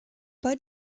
bud